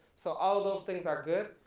so, all of those things are good.